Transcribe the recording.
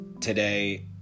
today